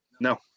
no